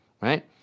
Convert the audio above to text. right